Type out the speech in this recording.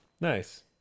nice